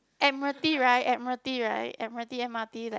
Admiralty right Admiralty right Admiralty M_R_T like